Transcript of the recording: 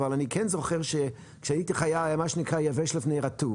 אבל אני כן זוכר שכשהייתי חייל היה מה שנקרא יבש לפני רטוב.